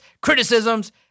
criticisms